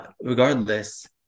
regardless